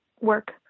work